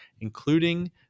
including